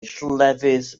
llefydd